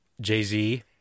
Jay-Z